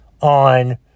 on